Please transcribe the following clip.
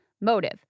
motive